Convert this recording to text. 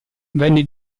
venne